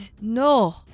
no